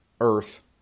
Earth